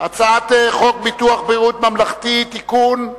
הצעת חוק ביטוח בריאות ממלכתי (תיקון,